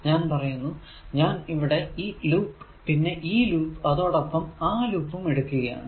ഞാൻ പറയുന്നു ഇവിടെ ഞാൻ ഈ ലൂപ്പ് പിന്നെ ഈ ലൂപ്പ് അതോടൊപ്പം ആ ലൂപും എടുക്കുകയാണ്